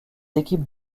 équipes